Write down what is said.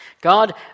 God